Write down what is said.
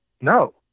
no